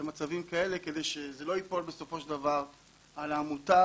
למצבים כאלה כדי שזה לא יפול בסופו של דבר על העמותה